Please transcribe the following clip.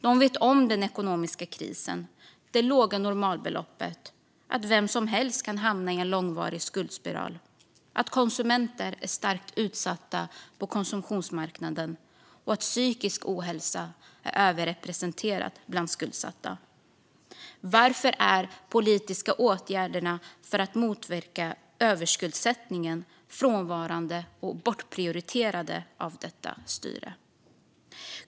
De vet att det är ekonomisk kris, och de känner till det låga normalbeloppet. De vet att vem som helst kan hamna i en långvarig skuldspiral, att konsumenter är starkt utsatta på konsumtionsmarknaden och att psykisk ohälsa är överrepresenterat bland skuldsatta. Varför är de politiska åtgärderna för att motverka överskuldsättningen frånvarande och bortprioriterade av detta styre?